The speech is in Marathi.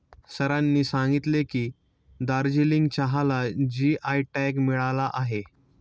सरांनी सांगितले की, दार्जिलिंग चहाला जी.आय टॅग मिळाला आहे